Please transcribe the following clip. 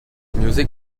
music